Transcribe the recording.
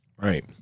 Right